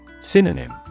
Synonym